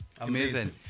Amazing